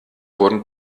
wurden